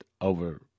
over